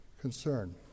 concern